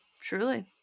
truly